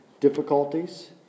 difficulties